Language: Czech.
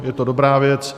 Je to dobrá věc.